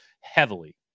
heavily